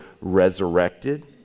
resurrected